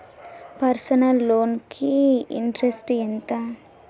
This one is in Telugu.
పర్సనల్ లోన్ కి ఇంట్రెస్ట్ ఎంత?